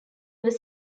was